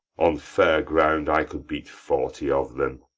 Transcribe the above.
on fair ground i could beat forty of them.